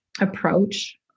approach